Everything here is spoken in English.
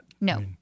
no